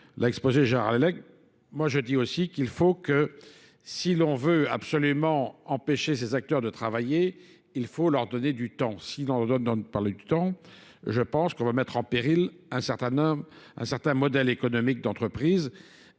exposé Gérard Lélech, Moi, je dis aussi qu'il faut que, si l'on veut absolument empêcher ces acteurs de travailler, il faut leur donner du temps. Si l'on leur donne du temps, je pense qu'on va mettre en péril un certain modèle économique d'entreprise.